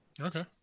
Okay